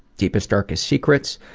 deepest, darkest secrets.